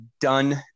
done